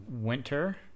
Winter